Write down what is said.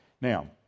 now